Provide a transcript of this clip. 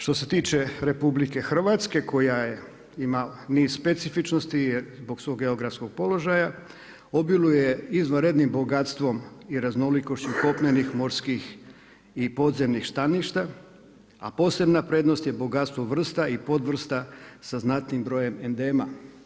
Što se tiče RH koja ima niz specifičnost zbog geografskog položaja obiluje izvanrednim bogatstvom i raznolikošću kopnenih morskih i podzemnih staništa, a posebna prednost je bogatstvo vrsta i podvrsta sa znatnim brojem endema.